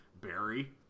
Barry